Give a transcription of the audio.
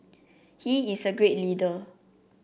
he is a great leader